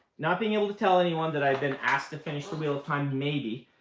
not being able to tell anyone that i had been asked to finish the wheel of time, maybe.